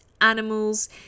animals